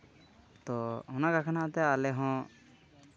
ᱛᱚ ᱚᱱᱟ ᱞᱮᱠᱟᱱᱟᱜ ᱛᱮ ᱟᱞᱮ ᱦᱚᱸ